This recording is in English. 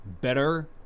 better